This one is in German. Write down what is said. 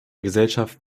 gesellschaft